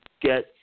get